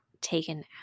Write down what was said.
taken